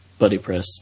BuddyPress